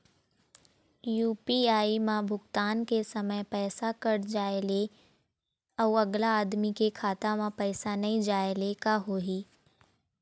UPI म भुगतान के समय पैसा कट जाय ले, अउ अगला आदमी के खाता म पैसा नई जाय ले का होही?